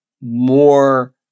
more